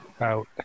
out